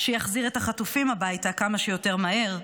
שיחזיר את החטופים הביתה כמה שיותר מהר,